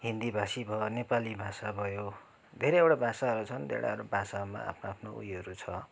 हिन्दीभाषी भयो नेपाली भाषा भयो धेरैवटा भाषाहरू छन् धेरैवटा भाषामा आफ्नो आफ्नो उयोहरू छ